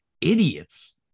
idiots